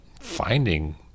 finding